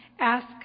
Ask